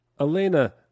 Elena